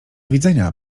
widzenia